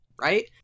right